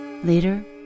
Later